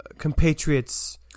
compatriots